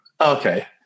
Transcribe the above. Okay